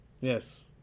Yes